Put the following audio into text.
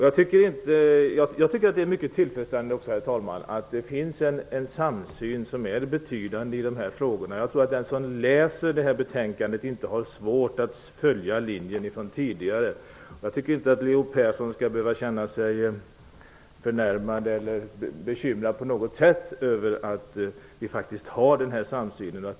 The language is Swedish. Jag tycker också att det är mycket tillfredsställande, herr talman, att det finns en betydande samsyn i de här frågorna. Jag tror att den som läser detta betänkande inte har svårt att följa linjen från tidigare, och jag tycker inte att Leo Persson skall behöva känna sig förnärmad eller bekymrad på något sätt för att vi faktiskt har denna samsyn.